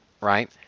right